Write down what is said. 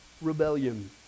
rebellion